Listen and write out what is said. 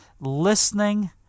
listening